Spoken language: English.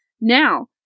Now